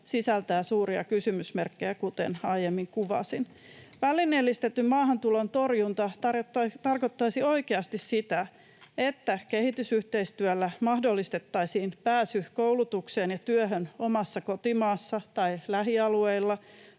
sisältää suuria kysymysmerkkejä, kuten aiemmin kuvasin. Välineellistetyn maahantulon torjunta tarkoittaisi oikeasti sitä, että kehitysyhteistyöllä mahdollistettaisiin pääsy koulutukseen ja työhön omassa kotimaassa tai lähialueilla,